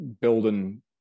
building